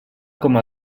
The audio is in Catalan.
com